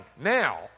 now